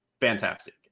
fantastic